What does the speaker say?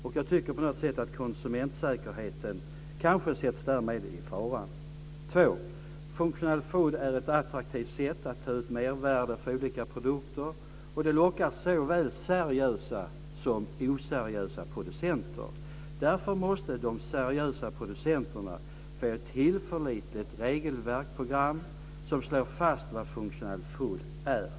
Och jag tycker på något sätt att konsumentsäkerheten därmed kanske sätts i fara. Den andra är att functional food är ett attraktivt sätt att ta ut ett mervärde för olika produkter. Det lockar såväl seriösa som oseriösa producenter. Därför måste de seriösa producenterna få ett tillförlitligt regelverksprogram som slår fast vad functional food är.